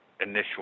initial